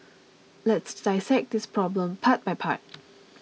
let's dissect this problem part by part